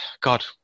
god